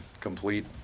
Complete